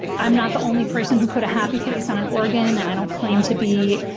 i'm not the only person who put a happy face on an organ and i don't claim to be.